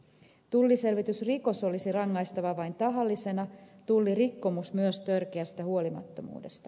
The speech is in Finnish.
tulliselvitysrikos olisi rangaistava vain tahallisena tullirikkomus myös törkeästä huolimattomuudesta